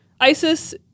ISIS